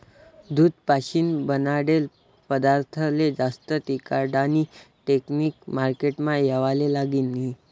दूध पाशीन बनाडेल पदारथस्ले जास्त टिकाडानी टेकनिक मार्केटमा येवाले लागनी